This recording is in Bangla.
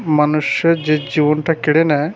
মানুষের যে জীবনটা কেড়ে নেয়